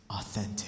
authentic